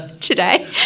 today